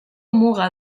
muga